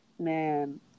Man